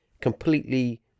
completely